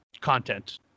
content